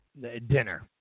Dinner